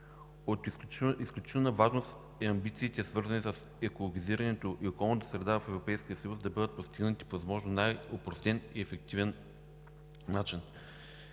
От изключителна важност са амбициите, свързани с екологизирането и околната среда в Европейския съюз да бъдат постигнати по възможно най-опростен и ефективен начин.